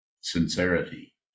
sincerity